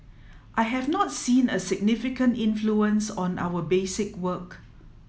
I have not seen a significant influence on our basic work